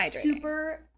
super